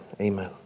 Amen